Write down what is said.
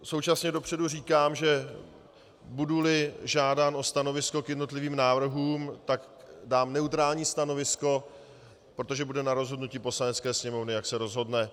Současně dopředu říkám, že buduli žádán o stanovisko k jednotlivým návrhům, tak dám neutrální stanovisko, protože bude na rozhodnutí Poslanecké sněmovny, jak se rozhodne.